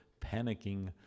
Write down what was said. panicking